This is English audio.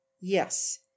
Yes